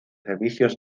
servicios